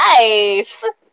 nice